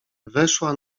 weszła